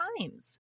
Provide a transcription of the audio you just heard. times